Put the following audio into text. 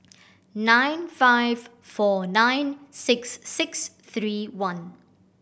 nine five four nine six six three one